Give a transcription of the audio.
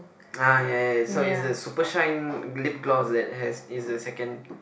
ah ya ya ya so it's the super shine lip gloss that has is the second